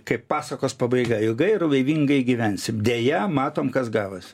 kaip pasakos pabaiga ilgai ir laimingai gyvensim deja matom kas gavos